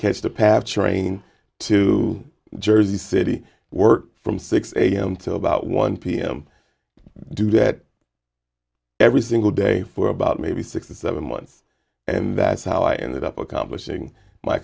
catch the path train to jersey city work from six am to about one pm do that every single day for about maybe six or seven months and that's how i ended up accomplishing my